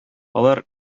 алар